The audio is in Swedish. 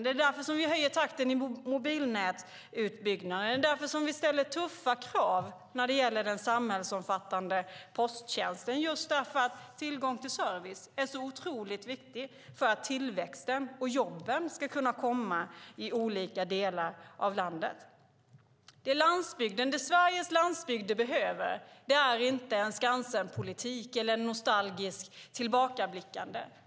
Det är därför vi höjer takten i mobilnätsutbyggnaden. Det är därför som vi ställer tuffa krav på den samhällsomfattande posttjänsten. Tillgång till service är så otroligt viktig för att tillväxten och jobben ska skapas i olika delar av landet. Vad Sveriges landsbygd behöver är inte en Skansenpolitik eller nostalgiskt tillbakablickande.